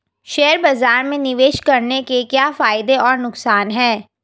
Share बाज़ार में निवेश करने के क्या फायदे और नुकसान हैं?